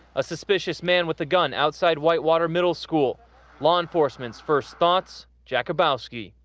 a suspicious man with a gun outside whitewater middle school law enforcement's first thoughts, jakubowski.